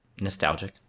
nostalgic